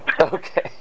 Okay